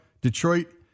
Detroit